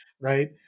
Right